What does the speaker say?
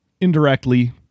indirectly